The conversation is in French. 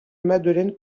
madeleine